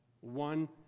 one